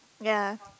ya